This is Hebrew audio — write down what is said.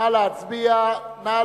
נא להצביע.